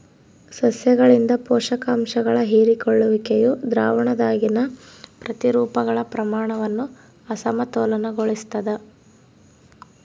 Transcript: ಸಸ್ಯಗಳಿಂದ ಪೋಷಕಾಂಶಗಳ ಹೀರಿಕೊಳ್ಳುವಿಕೆಯು ದ್ರಾವಣದಾಗಿನ ಪ್ರತಿರೂಪಗಳ ಪ್ರಮಾಣವನ್ನು ಅಸಮತೋಲನಗೊಳಿಸ್ತದ